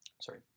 sorry